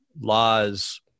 laws